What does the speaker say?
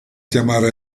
chiamare